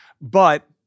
But-